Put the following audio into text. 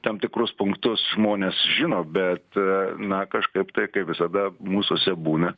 tam tikrus punktus žmonės žino bet na kažkaip tai kaip visada mūsuose būna